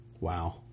Wow